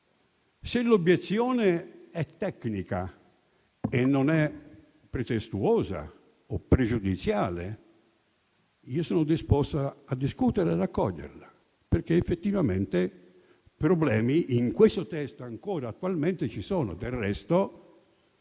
se l'obiezione è tecnica e non è pretestuosa o pregiudiziale, sono disposto a discuterne e ad accoglierla, perché effettivamente problemi in questo testo ancora attualmente ce ne sono. Del resto,